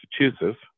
Massachusetts